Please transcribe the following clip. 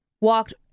walked